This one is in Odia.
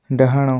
ଡାହାଣ